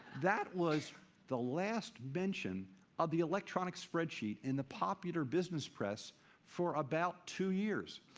that was the last mention of the electronic spreadsheet in the popular business press for about two years.